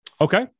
Okay